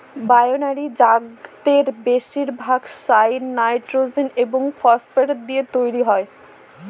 binary জাতের বেশিরভাগ সারই নাইট্রোজেন এবং ফসফরাস দিয়ে তৈরি